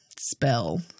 spell